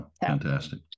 fantastic